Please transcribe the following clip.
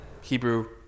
Hebrew